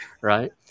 right